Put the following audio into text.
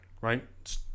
right